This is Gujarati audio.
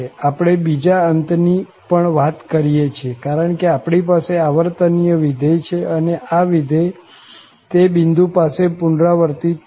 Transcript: આપણે બીજા અંતની પણ વાત કરીએ છીએ કારણ કે આપણી પાસે આવર્તનીય વિધેય છે અને આ વિધેય તે બિંદુ પાસે પુનરાવર્તિત થશે